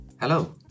Hello